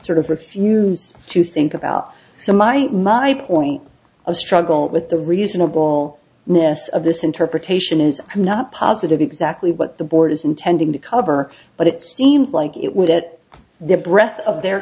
sort of refuse to think about so might my point of struggle with the reasonable ness of this interpretation is i'm not positive exactly what the board is intending to cover but it seems like it would at the breath of their